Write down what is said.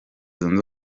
zunze